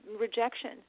rejection